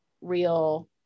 real